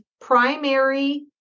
primary